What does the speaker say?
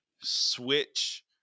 switch